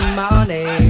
money